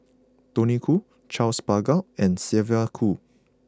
Tony Khoo Charles Paglar and Sylvia Kho